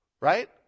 Right